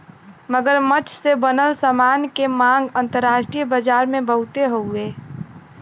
मगरमच्छ से बनल सामान के मांग अंतरराष्ट्रीय बाजार में बहुते हउवे